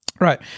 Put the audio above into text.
Right